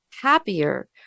happier